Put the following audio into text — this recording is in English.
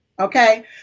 okay